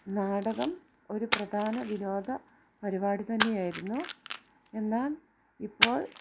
നാടകം ഒരു പ്രധാന വിനോദ പരിപാടി തന്നെയായിരുന്നു എന്നാൽ ഇപ്പോൾ